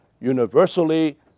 universally